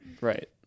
Right